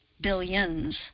billions